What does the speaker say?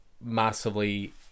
massively